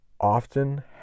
often